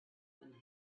when